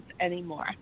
anymore